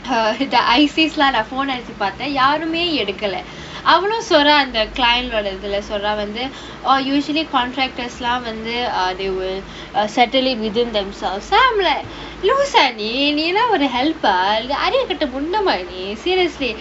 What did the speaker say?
her I feels lah நான்:naan phone ah எடுத்து பார்த்தேன் யாருமே எடுக்கல அவ்வளவு சோறா அந்த:eduthu paarthaen yaarumae edukkala avvalavu soraa antha client ஓட இதுல சொல்றா வந்து:oda ithula solraa vanthu oh usually contractors லாம் வந்து:laam vanthu err they will settle it within themselves சொல்றோம்ல:solromla loose ah நீ நீயெல்லாம் ஒரு:nee neeyaellaam oru help ah அறிவு கேட்ட முண்டமா நீ:arivu ketta mundamaa nee seriously